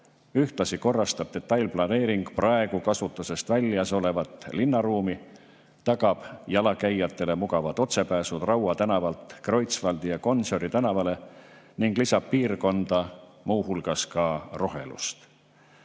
Ühtlasi korrastab detailplaneering praegu kasutusest väljas olevat linnaruumi, tagab jalakäijatele mugavad otsepääsud Raua tänavalt Kreutzwaldi ja Gonsiori tänavale ning lisab piirkonda muu hulgas rohelust.